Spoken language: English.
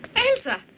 elsa!